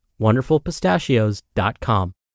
WonderfulPistachios.com